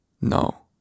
No